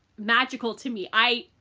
magical to me. i